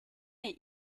est